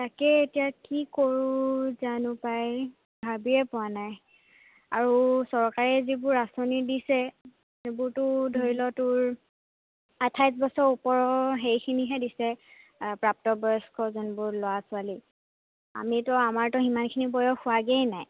তাকেই এতিয়া কি কৰোঁ জানো পাই ভাবিয়েই পোৱা নাই আৰু চৰকাৰে যিবোৰ আঁচনি দিছে সেইবোৰটো ধৰি ল তোৰ আঠাইছ বছৰৰ ওপৰৰ সেইখিনিহে দিছে প্ৰাপ্তবয়স্ক যোনবোৰ ল'ৰা ছোৱালী আমিতো আমাৰতো সিমানখিনি বয়স হোৱাগৈয়ে নাই